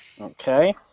Okay